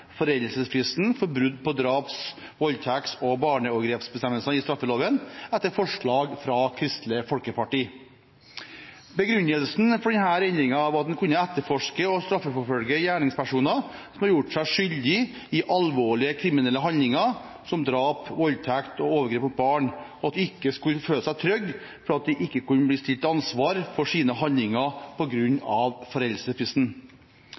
foreldelsesfristen for brudd på draps-, voldtekts- og barneovergrepsbestemmelsene i straffeloven, etter forslag fra Kristelig Folkeparti. Begrunnelsen for denne endringen var at en kunne etterforske og straffeforfølge gjerningspersoner som har gjort seg skyldig i alvorlige kriminelle handlinger som drap, voldtekt og overgrep mot barn, og at de ikke skulle føle seg trygge for at de ikke kunne bli stilt til ansvar for sine handlinger